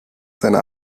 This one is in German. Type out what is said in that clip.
seiner